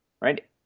right